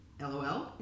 LOL